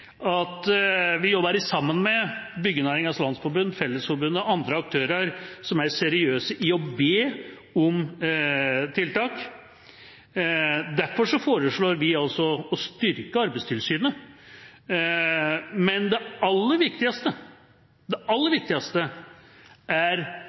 at vi jobber sammen med Byggenæringens Landsforening, Fellesforbundet og andre aktører som er seriøse, for å be om tiltak. Derfor foreslår vi å styrke Arbeidstilsynet. Men det aller viktigste er partenes rolle, de tillitsvalgtes rolle, den seriøse, organiserte arbeidsgiversidas rolle, for det